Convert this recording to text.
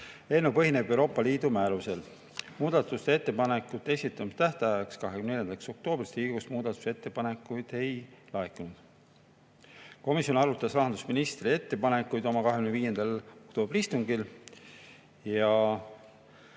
Eelnõu põhineb Euroopa Liidu määrusel. Muudatusettepanekute esitamise tähtajaks, 24. oktoobriks Riigikogust muudatusettepanekuid ei laekunud. Komisjon arutas rahandusministri ettepanekuid oma 25. oktoobri istungil.